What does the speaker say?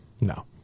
No